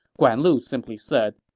guan lu simply said,